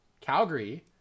Calgary